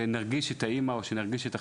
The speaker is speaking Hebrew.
שאני ארגיש את האימא או ארגיש את החלב.